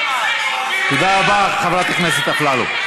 תודה רבה, חברת הכנסת אפללו.